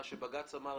מה שבג"ץ אמר,